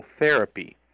therapy